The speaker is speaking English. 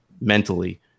mentally